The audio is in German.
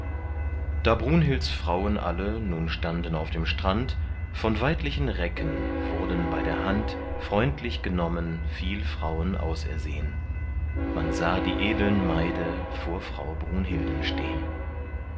da brunhilds frauen alle nun standen auf dem strand von weidlichen recken wurden bei der hand freundlich genommen viel frauen ausersehn man sah die edeln maide vor frau brunhilden stehn